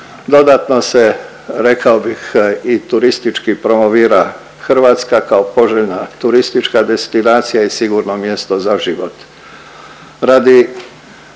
dodatno se, rekao bih i turistički promovira Hrvatska kao poželjna turistička destinacija i sigurno mjesto za život.